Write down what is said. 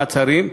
מעצרים),